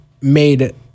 made